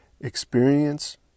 experience